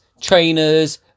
trainers